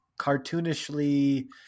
cartoonishly